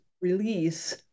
release